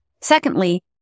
Secondly